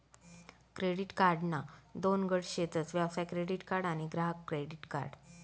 credit कार्डना दोन गट शेतस व्यवसाय क्रेडीट कार्ड आणि ग्राहक क्रेडीट कार्ड